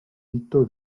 hito